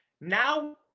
now